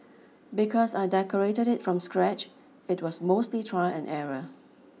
because I decorated it from scratch it was mostly trial and error